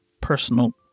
personal